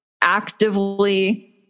actively